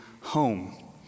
home